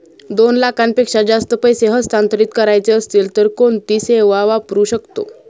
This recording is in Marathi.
दोन लाखांपेक्षा जास्त पैसे हस्तांतरित करायचे असतील तर कोणती सेवा वापरू शकतो?